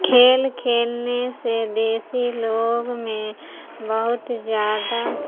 کھیل کھیلنے سے دیسی لوگ میں بہت زیادہ